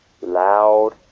loud